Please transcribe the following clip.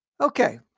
Okay